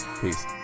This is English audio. Peace